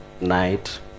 night